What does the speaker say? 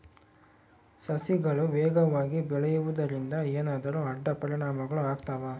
ಸಸಿಗಳು ವೇಗವಾಗಿ ಬೆಳೆಯುವದರಿಂದ ಏನಾದರೂ ಅಡ್ಡ ಪರಿಣಾಮಗಳು ಆಗ್ತವಾ?